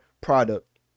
product